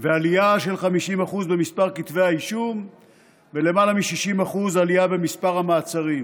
עלייה של 50% במספר כתבי האישום ולמעלה מ-60% עלייה במספר המעצרים.